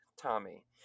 Tommy